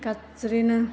गाज्रिनो